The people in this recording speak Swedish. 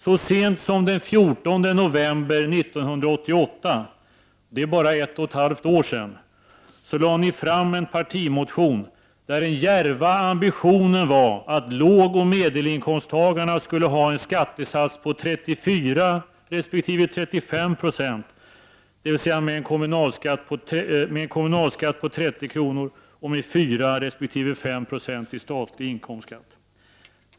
Så sent som den 14 november 1988 — det är bara ett och ett halvt år sedan — lade ni fram en partimotion där den djärva ambitionen var att lågoch medelinkomsttagarna skulle ha en skattesats på 34 resp. 35 20, dvs. en kommunalskatt på 30 kr. och 4 96 resp. 5 90 i statlig inkomstskatt.